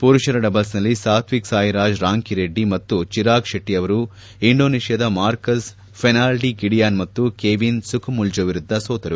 ಪುರುಷರ ಡಬಲ್ಸ್ನಲ್ಲಿ ಸತ್ವಿಕ್ ಸಾಯಿ ರಾಜ್ ರಾಂಕಿರೆಡ್ಡಿ ಮತ್ತು ಚಿರಾಗ್ ಶೆಟ್ಟಿ ಅವರು ಇಂಡೋನೇಷ್ಟಾದ ಮಾರ್ಕಸ್ ಫರ್ನಾಲ್ಡಿ ಗಿಡಿಯಾನ್ ಮತ್ತು ಕೆವಿನ್ ಸುಕಮುಲ್ಡೊ ವಿರುದ್ದ ಸೋತರು